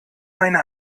meine